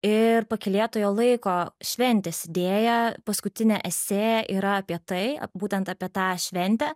ir pakylėtojo laiko šventės idėją paskutinė esė yra apie tai būtent apie tą šventę